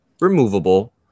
removable